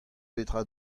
petra